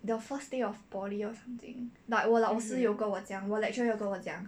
the first day of poly or something like 我老师有跟我讲我 lecturer 有跟我讲